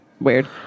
Weird